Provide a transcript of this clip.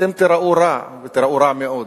אתם תיראו רע, ותיראו רע מאוד.